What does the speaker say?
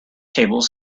tables